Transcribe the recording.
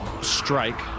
strike